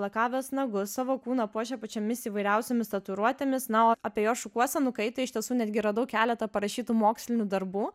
lakavęs nagus savo kūną puošia pačiomis įvairiausiomis tatuiruotėmis na o apie jos šukuosenų kaitą iš tiesų netgi radau keletą parašytų mokslinių darbų